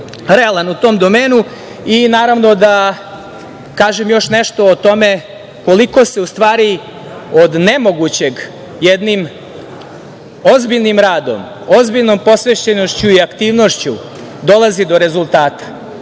realan u tom domenu. Naravno, da kažem i još nešto o tome koliko se stvari od nemogućeg, jednim ozbiljnim radom, ozbiljnom posvećenošću i aktivnošću dolazi do rezultata.